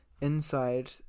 inside